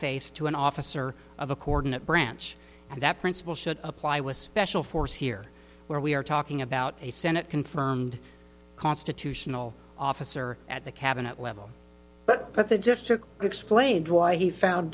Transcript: faith to an officer of a co ordinate branch and that principle should apply with special force here where we are talking about a senate confirmed constitutional officer at the cabinet level but but the just took explained why he found